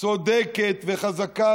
צודקת וחזקה.